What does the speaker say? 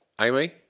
amy